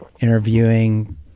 interviewing